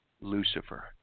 Lucifer